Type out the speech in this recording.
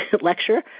lecture